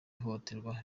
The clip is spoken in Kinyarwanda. ihohoterwa